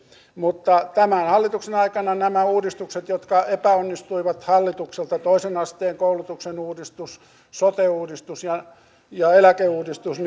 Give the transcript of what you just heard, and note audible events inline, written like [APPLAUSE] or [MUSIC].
mutta tämän hallituksen aikana nämä uudistukset jotka epäonnistuivat hallitukselta toisen asteen koulutuksen uudistus sote uudistus ja ja eläkeuudistus [UNINTELLIGIBLE]